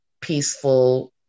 peaceful